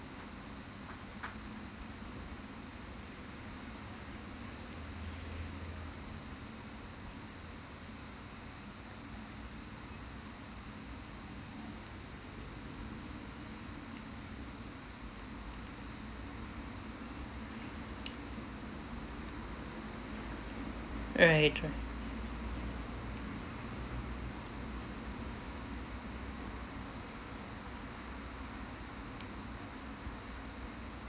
right right